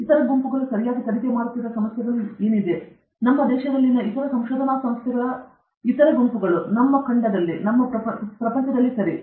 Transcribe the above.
ಇತರ ಗುಂಪುಗಳು ಸರಿಯಾಗಿ ತನಿಖೆ ಮಾಡುತ್ತಿರುವ ಸಮಸ್ಯೆಗಳು ಯಾವುವು ನಮ್ಮ ದೇಶದಲ್ಲಿನ ಇತರ ಸಂಶೋಧನಾ ಸಂಸ್ಥೆಗಳ ಇತರ ಗುಂಪುಗಳು ನಮ್ಮ ಖಂಡದಲ್ಲಿ ಪ್ರಪಂಚದಲ್ಲಿ ಸರಿ